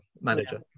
manager